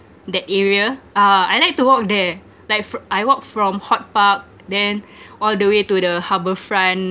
that area ah I like to walk there like fr~ I walk from hort park then all the way to the harbourfront